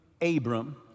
Abram